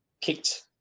kicked